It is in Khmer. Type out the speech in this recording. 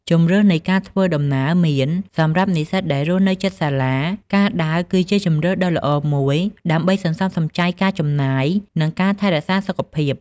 ជម្រើសនៃការធ្វើដំណើរ មាន សម្រាប់និស្សិតដែលរស់នៅជិតសាលា ការដើរគឺជាជម្រើសដ៏ល្អមួយដើម្បីសន្សំសំចៃការចំណាយ និងការថែរក្សាសុខភាព។